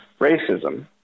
racism